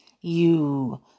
You